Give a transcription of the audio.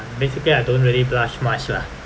basically I don't really blush much lah